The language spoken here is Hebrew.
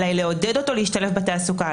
אלא היא לעודד אותו להשתלב בתעסוקה.